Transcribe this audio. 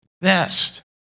best